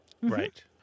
Right